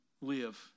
live